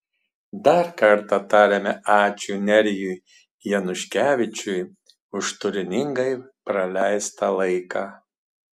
dar kartą tariame ačiū nerijui januškevičiui už turiningai praleistą laiką